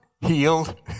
Healed